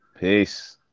Peace